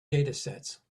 datasets